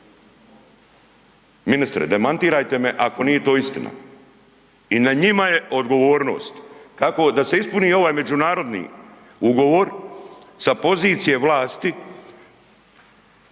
Ministre, demantirajte me ako nije to istina. I na njima je odgovornost kako da se ispuni ovaj međunarodni ugovor sa pozicije vlasti